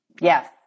Yes